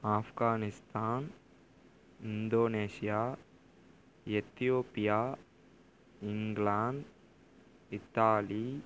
Afghanistan Indonesia Ethiopia England Italy